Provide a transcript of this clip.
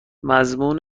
مضمون